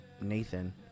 Nathan